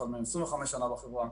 אחד מהם 25 שנה בחברה.